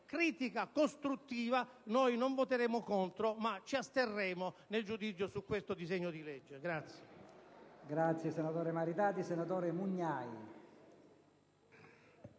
critica costruttiva, noi non voteremo contro ma ci asterremo nella votazione di questo disegno di legge.